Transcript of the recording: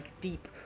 deep